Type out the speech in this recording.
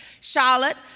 Charlotte